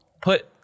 put